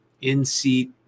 in-seat